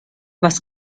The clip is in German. was